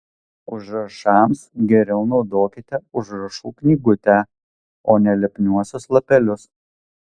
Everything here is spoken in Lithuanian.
užrašams geriau naudokite užrašų knygutę o ne lipniuosius lapelius